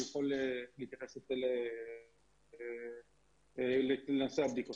הוא יוכל להתייחס לכול נושא הבדיקות.